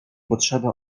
potrzebę